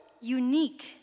unique